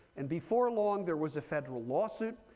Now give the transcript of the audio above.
and before long there was a federal lawsuit.